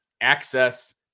access